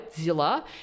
Zilla